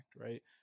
right